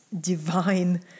divine